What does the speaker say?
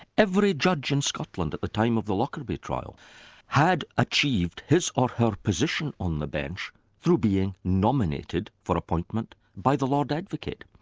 every judge in scotland at the time of the lockerbie trial had achieved his or her position on the bench through being nominated for appointment by the lord advocate.